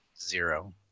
Zero